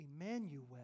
Emmanuel